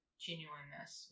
genuineness